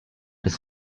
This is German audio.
des